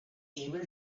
able